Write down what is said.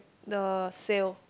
the sale